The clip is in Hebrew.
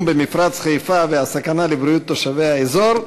במפרץ חיפה והסכנה לבריאות תושבי האזור,